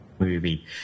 movie